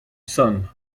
sun